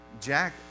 Jack